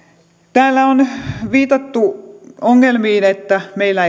täällä on viitattu ongelmiin että meillä